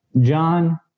John